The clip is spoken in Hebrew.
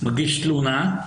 מגיש תלונה.